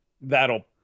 that'll